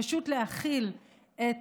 פשוט להחיל את